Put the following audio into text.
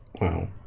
Wow